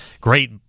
Great